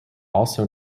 also